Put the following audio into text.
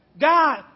God